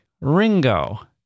Ringo